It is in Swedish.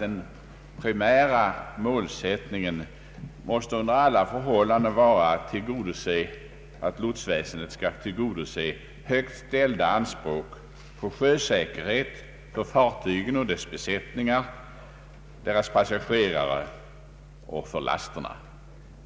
Den primära målsättningen bör enligt min uppfattning i stället vara att lotsväsendet skall tillgodose högt ställda anspråk i fråga om sjösäkerhet för fartygen och deras besättningar, deras passagerare och lasterna.